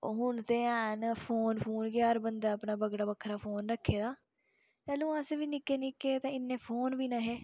हून ते हैन फोन फून कि हर बंदै अपना बक्खरा बक्खरा फोन रक्खे दा तैल्लूं अस बी निक्के निक्के हे ते इन्ने फोन बी नेईं हे